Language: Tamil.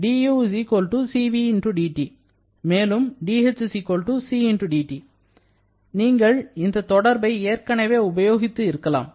du Cv dT மேலும் dh C dT நீங்கள் இந்த தொடர்பை ஏற்கனவே உபயோகித்து இருக்கலாம்